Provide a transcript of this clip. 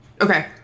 Okay